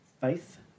faith